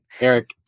Eric